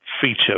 feature